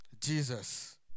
jesus